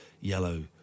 yellow